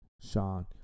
Sean